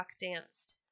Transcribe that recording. danced